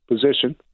position